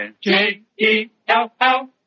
J-E-L-L